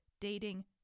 dating